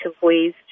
ways